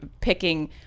picking